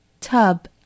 tub